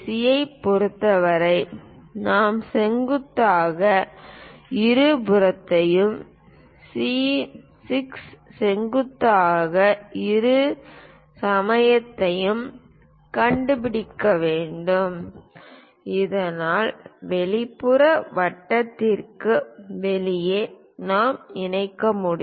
யைப் பொறுத்தவரை நாம் செங்குத்தாக இருபுறத்தையும் சி 6 செங்குத்தாக இருசமத்தையும் கண்டுபிடிக்க வேண்டும் இதனால் வெளிப்புற வட்டத்திற்கு வெளியே நாம் இணைக்க முடியும்